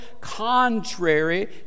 contrary